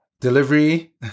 Delivery